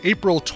April